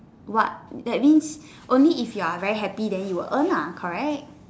what that means only if you are very happy then you will earn lah correct